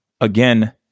again